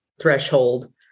threshold